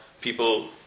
people